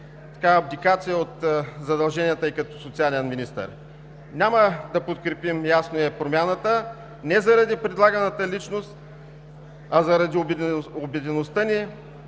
абдикация от задълженията ѝ като социален министър. Няма да подкрепим, ясно е, промяната – не заради предлаганата личност, а заради убедеността ни,